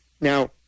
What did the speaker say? now